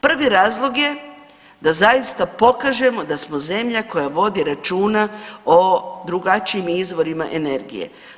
Prvi razlog je da zaista pokažemo da smo zemlja koja vodi računa o drugačijim izvorima energije.